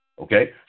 Okay